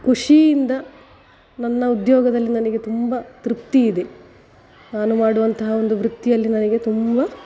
ಖುಷಿಯಿಂದ ನನ್ನ ಉದ್ಯೋಗದಲ್ಲಿ ನನಗೆ ತುಂಬ ತೃಪ್ತಿಯಿದೆ ನಾನು ಮಾಡುವಂತಹ ಒಂದು ವೃತ್ತಿಯಲ್ಲಿ ನನಗೆ ತುಂಬ